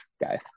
guys